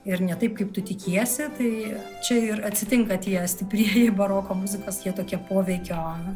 ir ne taip kaip tu tikiesi tai čia ir atsitinka tie stiprieji baroko muzikos jie tokie poveikio